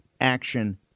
action